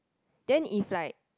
then if like